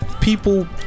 People